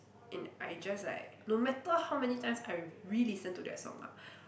and I just like no matter how many times I re-listen to that song ah